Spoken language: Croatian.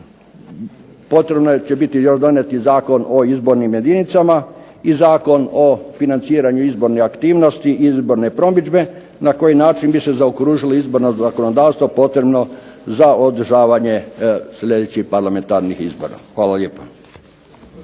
potrebno će biti donijeti Zakon o izbornim jedinicama i Zakon o financiranju izbornih aktivnosti, izborne promidžbe, na koji način bi se zaokružili izborna zakonodavstvo potrebno za održavanje sljedećih parlamentarnih izbora. Hvala lijepa.